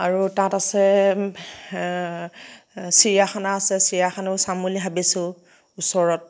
আৰু তাত আছে চিৰিয়াখানা আছে চিৰিয়াখানাও চাম বুলি ভাবিছোঁ ওচৰত